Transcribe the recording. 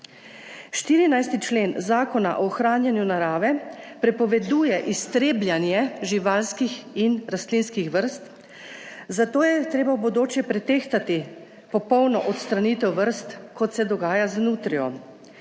14. člen zakona o ohranjanju narave prepoveduje iztrebljanje živalskih in rastlinskih vrst, zato je treba v bodoče pretehtati popolno odstranitev vrst, kot se dogaja z nutrijo.